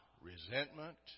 resentment